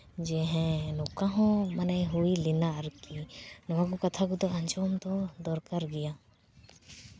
ᱡᱮ ᱦᱮᱸ ᱱᱚᱝᱠᱟᱦᱚᱸ ᱢᱟᱱᱮ ᱦᱩᱭ ᱞᱮᱱᱟ ᱟᱨᱠᱤ ᱱᱚᱣᱟ ᱠᱚ ᱠᱟᱛᱷᱟ ᱠᱚᱫᱚ ᱟᱸᱡᱚᱢ ᱫᱚ ᱫᱚᱨᱠᱟᱨ ᱜᱮᱭᱟ